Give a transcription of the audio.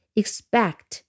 expect